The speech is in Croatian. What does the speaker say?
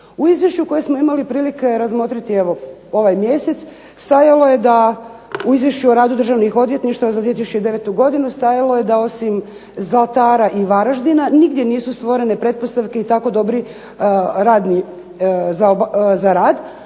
U izvješću koje smo imali prilike razmotriti evo ovaj mjesec stajalo je da u Izvješću o radu državnih odvjetništava za 2009. Godinu stajalo je da osim Zlatara i Varaždina nigdje nisu stvorene pretpostavke i tako dobri radni za rad,